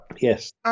Yes